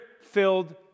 Filled